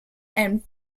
and